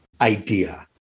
idea